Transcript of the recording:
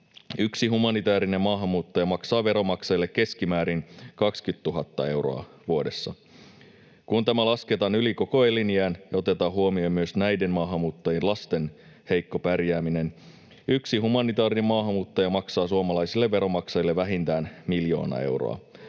Yksi humanitäärinen maahanmuuttaja maksaa veronmaksajille keskimäärin 20 000 euroa vuodessa. Kun tämä lasketaan yli koko eliniän ja otetaan huomioon myös näiden maahanmuuttajien lasten heikko pärjääminen, yksi humanitäärinen maahanmuuttaja maksaa suomalaisille veronmaksajille vähintään miljoona euroa.